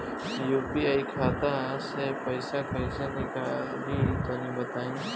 UPI खाता से पइसा कइसे निकली तनि बताई?